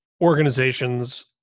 organizations